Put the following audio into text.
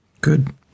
Good